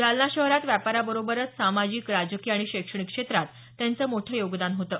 जालना शहरात व्यापाराबरोबरच सामाजिक राजकीय आणि शैक्षणिक क्षेत्रात त्यांचं मोठं योगदान होतं